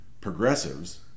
progressives